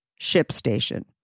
ShipStation